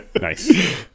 Nice